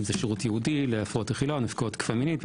אם זה שירות ייעודי להפרעות אכילה או נפגעות תקיפה מינית,